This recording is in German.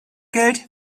geld